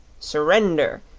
surrender!